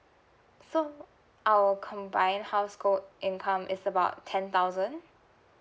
so I'll combine household income is about ten thousand